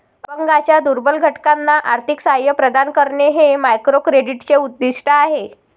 अपंगांच्या दुर्बल घटकांना आर्थिक सहाय्य प्रदान करणे हे मायक्रोक्रेडिटचे उद्दिष्ट आहे